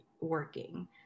working